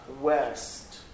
west